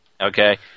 Okay